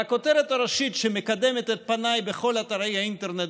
והכותרת הראשית שמקדמת את פניי בכל אתרי האינטרנט,